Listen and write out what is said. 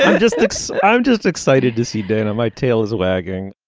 and just i'm just excited to see dana my tail is wagging